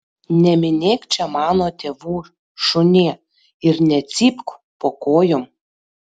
neminėk čia mano tėvų šunie ir necypk po kojom